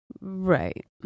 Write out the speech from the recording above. Right